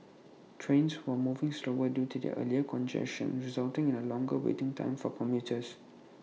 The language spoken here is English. trains were moving slower due to the earlier congestion resulting in A longer waiting time for commuters